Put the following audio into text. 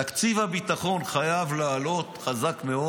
תקציב הביטחון חייב לעלות חזק מאוד.